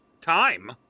Time